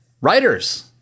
writers